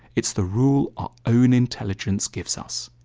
it's the rule our own intelligence gives us.